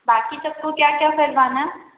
बाकी सब को क्या क्या करवाना है